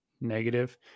negative